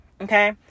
okay